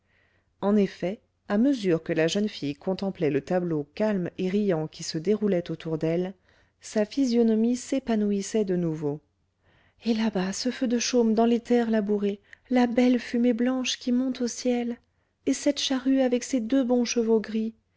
en effet à mesure que la jeune fille contemplait le tableau calme et riant qui se déroulait autour d'elle sa physionomie s'épanouissait de nouveau et là-bas ce feu de chaume dans les terres labourées la belle fumée blanche qui monte au ciel et cette charrue avec ses deux bons chevaux gris